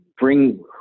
bring